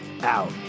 out